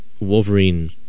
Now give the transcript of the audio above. Wolverine